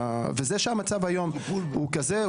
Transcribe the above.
וזה שהמצב היום הוא כזה,